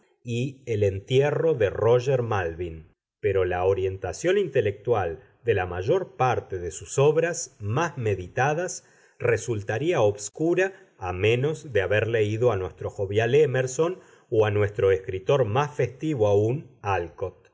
y el entierro de róger malvin pero la orientación intelectual de la mayor parte de sus obras más meditadas resultaría obscura a menos de haber leído a nuestro jovial émerson o a nuestro escritor más festivo aún álcott